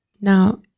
Now